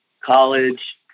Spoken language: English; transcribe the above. college